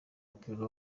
w’umupira